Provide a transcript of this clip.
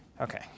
Okay